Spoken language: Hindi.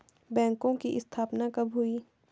बैंकों की स्थापना कब हुई?